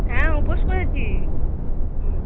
হ্যাঁ উপোস করেছি হুম